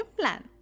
plan